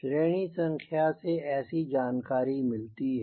श्रेणी संख्या से ऐसी जानकारी मिलती है